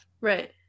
Right